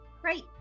great